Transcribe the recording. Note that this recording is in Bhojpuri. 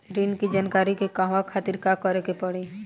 ऋण की जानकारी के कहवा खातिर का करे के पड़ी?